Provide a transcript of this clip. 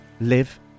live